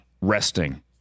resting